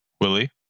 Willie